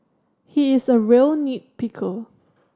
he is a real nit picker